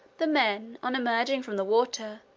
the men, on emerging from the water,